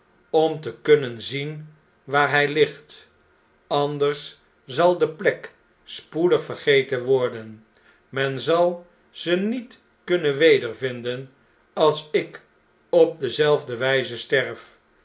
om te kunnen zien waar hjj ligt anders zal de plek spoedig vergeten worden men zal ze niet kunnen weervinden als ik op dezelfde wjjze sterf